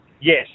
Yes